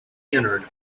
entered